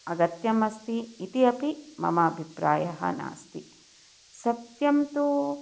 अगत्यमस्ति इति अपि मम अभिप्रायः नास्ति सत्यं तु